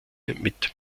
mit